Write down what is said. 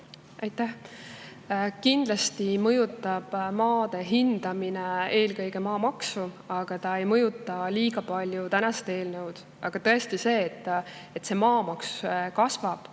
Aitäh! Kindlasti mõjutab maade hindamine eelkõige maamaksu, aga see ei mõjuta väga palju tänast eelnõu. Aga tõesti see, et maamaks kasvab,